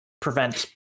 prevent